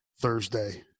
Thursday